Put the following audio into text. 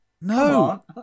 No